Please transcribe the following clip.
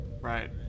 Right